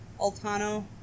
Altano